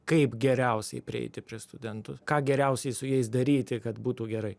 kaip geriausiai prieiti prie studentų ką geriausiai su jais daryti kad būtų gerai